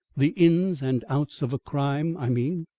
the inns and outs of a crime, i mean.